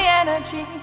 energy